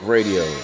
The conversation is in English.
Radio